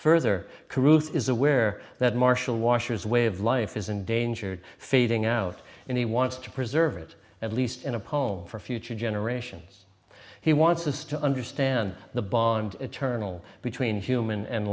further proof is aware that martial washers way of life is endangered fading out and he wants to preserve it at least in a poem for future generations he wants us to understand the bond eternal between room and land